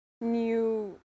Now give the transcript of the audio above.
new